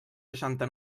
seixanta